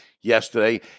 yesterday